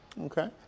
Okay